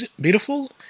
beautiful